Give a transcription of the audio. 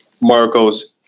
Marcos